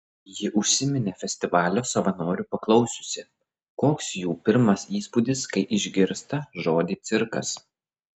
ji užsiminė festivalio savanorių paklausiusi koks jų pirmas įspūdis kai išgirsta žodį cirkas